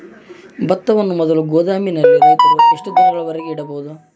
ಭತ್ತವನ್ನು ಮೊದಲು ಗೋದಾಮಿನಲ್ಲಿ ರೈತರು ಎಷ್ಟು ದಿನದವರೆಗೆ ಇಡಬಹುದು?